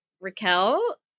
Raquel